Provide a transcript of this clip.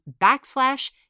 backslash